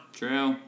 true